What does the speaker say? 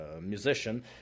musician